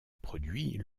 produit